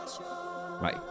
Right